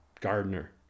gardener